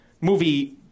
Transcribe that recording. movie